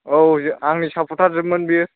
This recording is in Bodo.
औजो आंनि साफरथार जोबमोन बेयो